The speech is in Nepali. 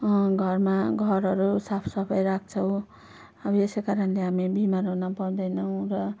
घरमा घरहरू साफसफाइ राख्छौँ अब यसै कारणले हामी बिमार हुन पर्दैनौँ र